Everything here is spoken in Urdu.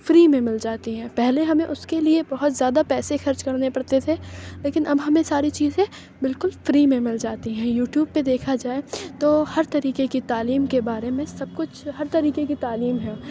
فری میں مل جاتی ہیں پہلے ہمیں اُس کے لیے بہت زیادہ پیسے خرچ کرنے پڑتے تھے لیکن اب ہمیں ساری چیزیں بالکل فری میں مل جاتی ہیں یوٹوب پہ دیکھا جائے تو ہر طریقے کے تعلیم کے بارے میں سب کچھ ہر طریقے کے تعلیم ہے